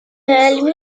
علمی